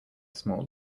small